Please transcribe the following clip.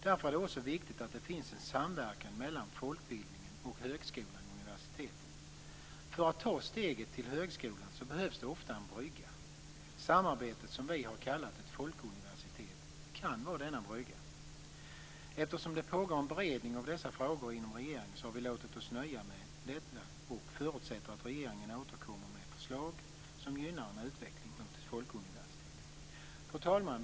Därför är det också viktigt att det finns en samverkan mellan dels folkbildningen, dels högskolan och universiteten. För att ta steget till högskolan behövs det ofta en brygga. Det samarbete som vi har kallat ett folkuniversitet kan vara denna brygga. Eftersom det pågår en beredning av dessa frågor inom regeringen har vi låtit oss nöja med detta och förutsätter att regeringen återkommer med förslag som gynnar en utveckling mot ett folkuniversitet. Fru talman!